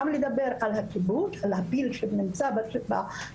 גם לדבר גם לדבר על הכיבוש - על הפיל שנמצא בחדר,